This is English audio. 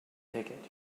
ticket